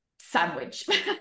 sandwich